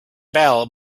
bell